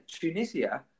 Tunisia